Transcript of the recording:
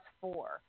four